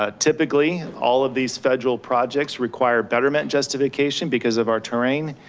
ah typically, all of these federal projects require betterment justification because of our terrain.